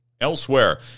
Elsewhere